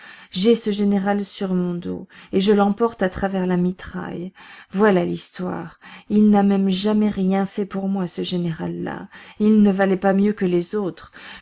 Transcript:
j'ai ce général sur mon dos et je l'emporte à travers la mitraille voilà l'histoire il n'a même jamais rien fait pour moi ce général là il ne valait pas mieux que les autres